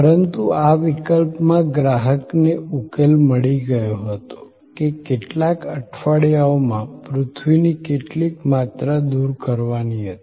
પરંતુ આ વિકલ્પમાં ગ્રાહકને ઉકેલ મળી ગયો હતો કે કેટલાક અઠવાડિયામાં પૃથ્વીની કેટલીક માત્રા દૂર કરવાની હતા